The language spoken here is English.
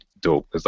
dope